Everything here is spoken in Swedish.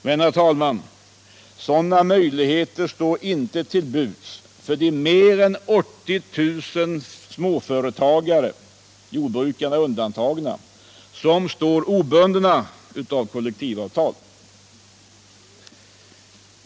Men, herr talman, sådana möjligheter står inte till buds för de mer än 80 000 småföretagare, jordbrukare undantagna, som står obundna av kollektivavtal.